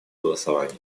голосования